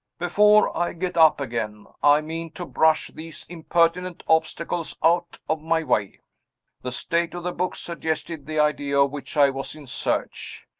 before i get up again, i mean to brush these impertinent obstacles out of my way the state of the books suggested the idea of which i was in search.